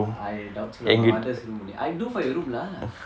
I doubt so lah my mother's room only I can do for your room lah